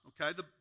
okay